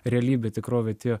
realybė tikrovė atėjo